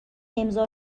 امضا